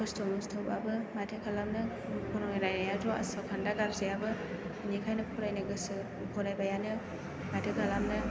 खस्थ' मस्थ'बाबो माथो खालामनो फरायनायाथ' आस'खान्दा गारजायाबो बेनिखायनो फरायनो गोसो फरायबायानो माथो खालामनो